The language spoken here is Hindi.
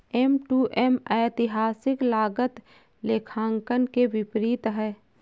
एम.टू.एम ऐतिहासिक लागत लेखांकन के विपरीत है